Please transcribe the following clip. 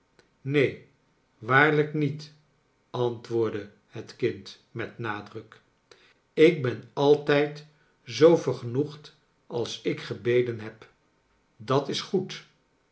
neen waarlijk niet antwoordde het kind met nadruk ik ben altijd zoo vergenoegd als ik gebeden heb dat is goed